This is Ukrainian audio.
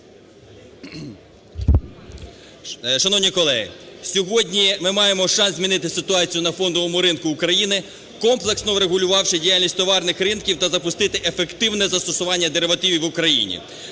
Шановні колеги, сьогодні ми маємо шанс змінити ситуацію на фондовому ринку України, комплексно врегулювавши діяльність товарних ринків, та запустити ефективне застосування деривативів в Україні.